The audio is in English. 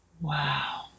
Wow